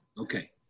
Okay